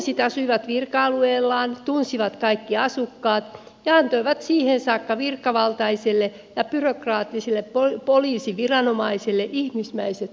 poliisit asuivat virka alueellaan tunsivat kaikki asukkaat ja antoivat siihen saakka virkavaltaiselle ja byrokraattiselle poliisiviranomaiselle ihmismäiset kasvot